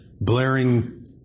blaring